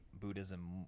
Buddhism